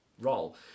role